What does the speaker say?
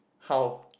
how